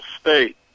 state